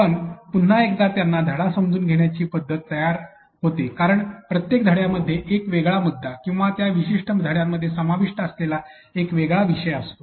पण पुन्हा एकदा त्यांना धडा समजून घेण्याची पद्धत तयार होते कारण प्रत्येक धड्या मध्ये एक वेगळा मुद्दा किंवा त्या विशिष्ट धड्यामध्ये समाविष्ट असलेला एक वेगळा विषय असतो